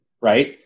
right